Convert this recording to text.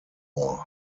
war